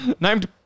named